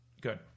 Good